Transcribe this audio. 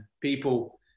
people